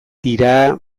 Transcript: dira